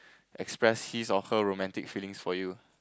express his or her romantic feelings for you